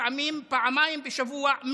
לפעמיים פעמיים בשבוע,